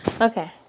okay